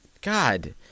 God